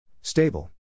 Stable